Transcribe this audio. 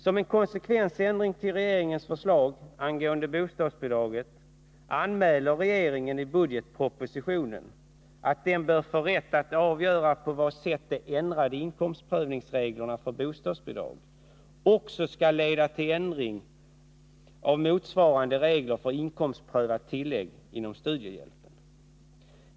Som en konsekvensändring till regeringens förslag angående bostadsbidraget anmäler regeringen i budgetpropositionen att den bör få rätt att avgöra på vad sätt de ändrade inkomstprövningsreglerna för bostadsbidrag också skall leda till ändring av motsvarande regler för inkomstprövat tillägg inom studiehjälpen.